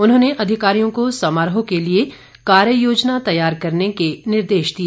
उन्होंने अधिकारियों को समारोह के लिए कार्य योजना तैयार करने के निर्देश दिए